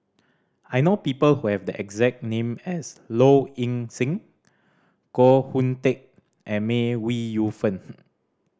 I know people who have the exact name as Low Ing Sing Koh Hoon Teck and May Ooi Yu Fen